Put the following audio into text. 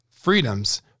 freedoms